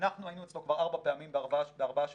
אנחנו היינו אצלו כבר ארבע פעמים בארבעה שבועות,